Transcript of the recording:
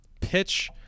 pitch